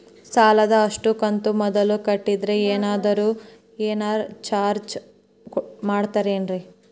ಸಾಲದ ಅಷ್ಟು ಕಂತು ಮೊದಲ ಕಟ್ಟಿದ್ರ ಏನಾದರೂ ಏನರ ಚಾರ್ಜ್ ಮಾಡುತ್ತೇರಿ?